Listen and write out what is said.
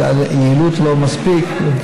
כי היעילות לא מספיקה,